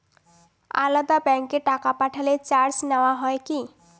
আলাদা ব্যাংকে টাকা পাঠালে চার্জ নেওয়া হয় কি?